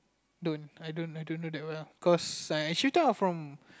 don't I don't I don't know that well cause I actually start off from